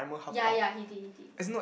ya ya he did he did